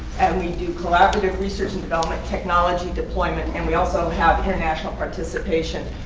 and we do collaborative research and development, technology deployment and we also have international participation.